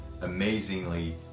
amazingly